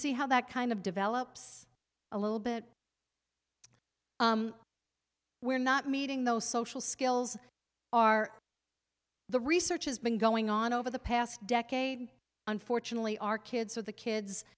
see how that kind of develops a little bit we're not meeting those social skills are the research has been going on over the past decade unfortunately our kids are the kids